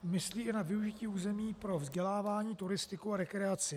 Myslí i na využití území pro vzdělávání, turistiku a rekreaci.